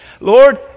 Lord